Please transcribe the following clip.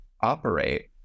operate